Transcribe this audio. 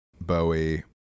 Bowie